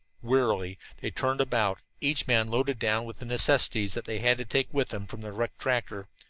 wearily they turned about, each man loaded down with the necessities that they had to take with them from the wrecked tractor.